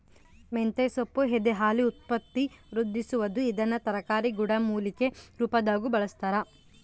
ಮಂತೆಸೊಪ್ಪು ಎದೆಹಾಲು ಉತ್ಪತ್ತಿವೃದ್ಧಿಸುವದು ಇದನ್ನು ತರಕಾರಿ ಗಿಡಮೂಲಿಕೆ ರುಪಾದಾಗೂ ಬಳಸ್ತಾರ